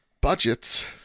budgets